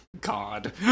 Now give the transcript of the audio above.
God